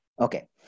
Okay